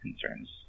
concerns